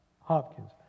Hopkins